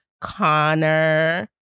Connor